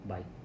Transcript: Bye